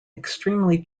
extremely